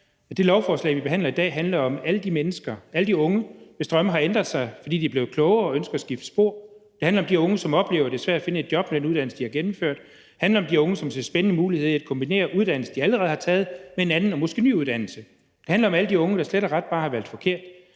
»Det lovforslag, vi behandler i dag, handler om alle de unge, hvis drømme har ændret sig, fordi de er blevet klogere og ønsker at skifte spor. Det handler om de unge, som oplever, at det er svært at finde et job med den uddannelse, de har gennemført. Det handler om de unge, som ser spændende muligheder i at kombinere den uddannelse, de allerede har taget, med en anden og måske ny uddannelse. Det handler om alle de unge, som slet og ret bare har valgt forkert